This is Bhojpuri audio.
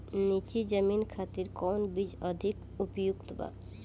नीची जमीन खातिर कौन बीज अधिक उपयुक्त बा?